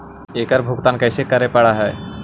एकड़ भुगतान कैसे करे पड़हई?